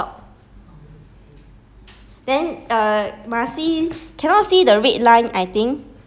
and I think you are supposed to put it down put the phone down and talk